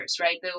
right